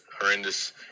horrendous